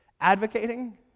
advocating